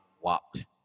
whopped